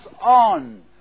on